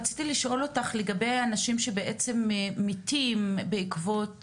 רציתי לשאול אותך לגבי אנשים שבעצם מתים בעקבות